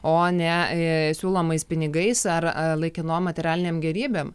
o ne siūlomais pinigais ar laikinom materialinėm gėrybėm